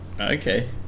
Okay